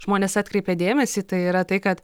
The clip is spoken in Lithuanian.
žmonės atkreipė dėmesį tai yra tai kad